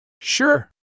sure